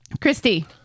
Christy